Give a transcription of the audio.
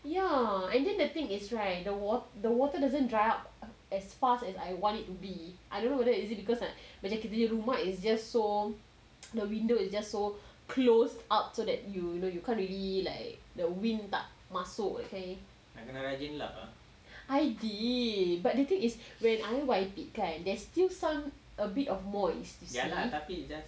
ya and then the thing is right the water the water doesn't dry out as fast as I want it to be I don't know whether is it because macam kita punya rumah is just so the window is just so closed up so that you you know you can't really like the wind tak masuk I did but the thing is when I wipe it kan there's still some a bit of moist